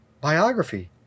biography